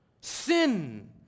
Sin